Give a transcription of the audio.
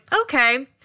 okay